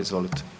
Izvolite.